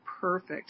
perfect